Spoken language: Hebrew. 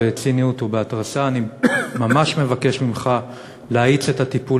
בהיבט של התכנון